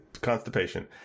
Constipation